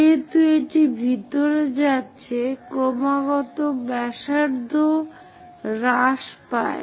যেহেতু এটি ভিতরে যাচ্ছে ব্যাসার্ধ ক্রমাগত হ্রাস পায়